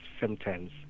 symptoms